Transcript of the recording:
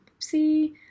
See